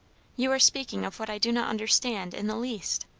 you are speaking of what i do not understand in the least,